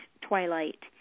twilight